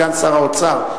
סגן שר האוצר,